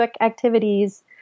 activities